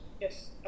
Yes